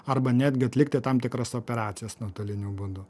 arba netgi atlikti tam tikras operacijas nuotoliniu būdu